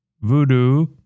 voodoo